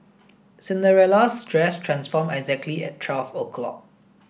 Cinderella's dress transformed exactly at twelve o'clock